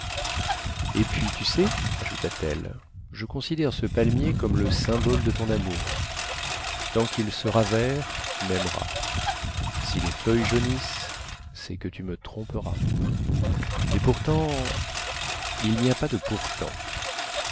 et puis tu sais ajouta-t-elle je considère ce palmier comme le symbole de ton amour tant quil sera vert tu maimeras si les feuilles jaunissent cest que tu me tromperas mais pourtant il ny a pas de pourtant